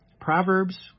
Proverbs